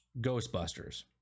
Ghostbusters